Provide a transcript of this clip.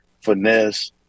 finesse